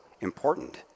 important